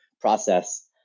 process